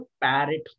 parrot